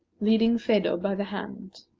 leading phedo by the hand.